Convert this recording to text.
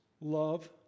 love